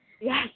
Yes